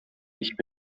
nicht